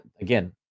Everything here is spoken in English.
again